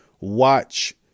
watch